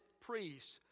priests